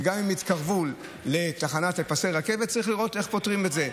גם אם יתקרבו לפסי רכבת צריך לראות איך פותרים את זה.